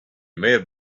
might